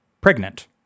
pregnant